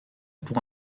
pour